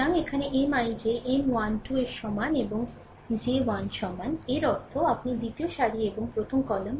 সুতরাং এখানে Mij m1 2 এর সমান এবং j1 সমান এর অর্থ আপনি দ্বিতীয় সারি এবং প্রথম কলাম